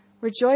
Rejoice